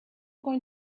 going